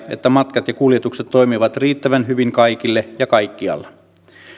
että matkat ja kuljetukset toimivat riittävän hyvin kaikille ja kaikkialla